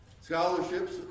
Scholarships